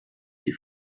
die